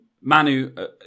Manu